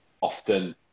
often